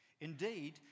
indeed